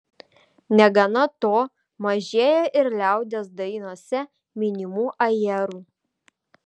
negana to mažėja ir liaudies dainose minimų ajerų